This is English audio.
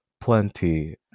plenty